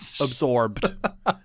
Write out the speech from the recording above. absorbed